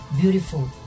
Beautiful